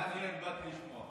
אתה מעניין, באתי לשמוע.